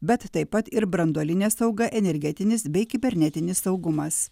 bet taip pat ir branduolinė sauga energetinis bei kibernetinis saugumas